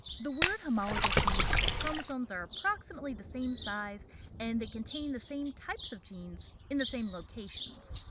the word homologous means that the chromosomes are approximately the same size and that they contain the same types of genes in the same locations.